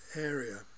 area